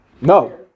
no